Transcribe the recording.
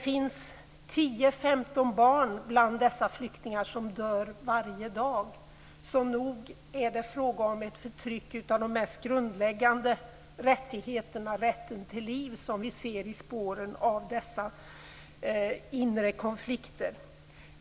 10-15 barn bland dessa flyktingar dör varje dag. Så nog är det frågan om ett förtryck av en av de mest grundläggande rättigheterna, nämligen rätten till liv, som vi ser i spåren av dessa inre konflikter.